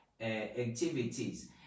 activities